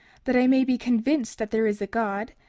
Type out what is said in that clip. that i may be convinced that there is a god,